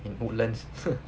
in woodlands